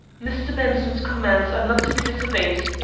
mr. benson's commands are not to be disobeyed,